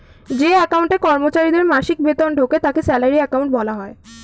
যে অ্যাকাউন্টে কর্মচারীদের মাসিক বেতন ঢোকে তাকে স্যালারি অ্যাকাউন্ট বলা হয়